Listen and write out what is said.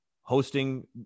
hosting